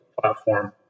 platform